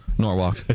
Norwalk